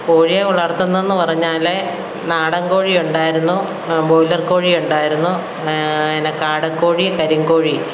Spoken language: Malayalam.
കോഴിയെ വളർത്തുന്നെന്ന് പറഞ്ഞാല് നാടൻ കോഴിയുണ്ടായിരുന്നു ബോയ്ലർ കോഴിയുണ്ടായിരുന്നു പിന്നെ കാടക്കോഴി കരിങ്കോഴി